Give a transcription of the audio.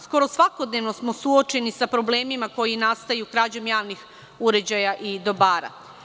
Skoro svakodnevno smo suočeni sa problemima koji nastaju krađom javnih uređaja i dobara.